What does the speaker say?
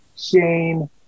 Shane